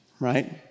right